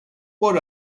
what